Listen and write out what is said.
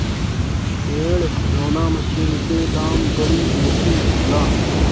पेड़ हिलौना मशीन के दाम बड़ी बेसी होला